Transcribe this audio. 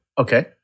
Okay